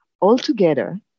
altogether